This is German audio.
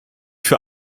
für